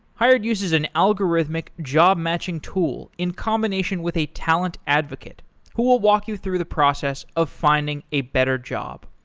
hired uses an algorithmic job-matching tool in combination with a talent advocate who will walk you through the process of finding a better job.